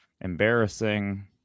embarrassing